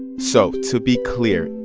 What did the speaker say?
so, to be clear,